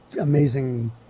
amazing